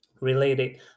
related